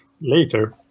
later